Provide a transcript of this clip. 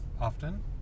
often